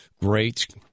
great